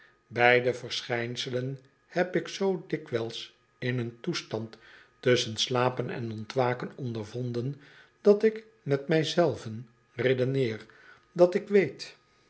beide verschijnselen heb ik zoo dikwijls in een toestand tusschen slapen en ontwaken ondervonden dat ik met mij zelven redeneer dat ik weet